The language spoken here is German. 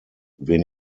wen